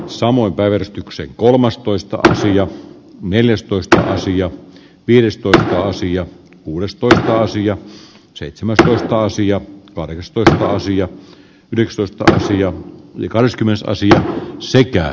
samoin päivystykseen kolmastoista sija neljästoista sija viidestoista sija kuudestoista sija seitsemän aasia varmistui akaasia kuuluu siihen viimeiseen ja tyydymme tähän